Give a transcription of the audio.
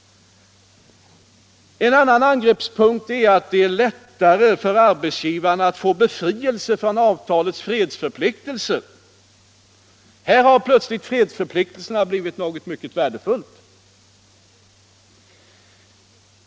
En annan angreppspunkt är att det skulle bli lättare för arbetsgivaren att få befrielse från avtalets fredsförpliktelse. Här har plötsligt fredsförpliktelsen blivit något mycket värdefullt!